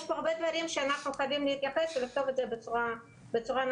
יש פה הרבה דברים שאנחנו חייבים להתייחס ולכתוב את זה בצורה נכונה.